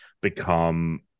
become